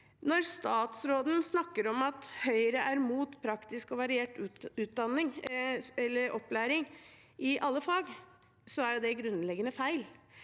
Når statsråden snakker om at Høyre er imot praktisk og variert opplæring i alle fag, er det grunnleggende feil.